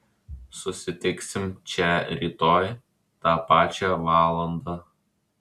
susitiksim čia rytoj tą pačią valandą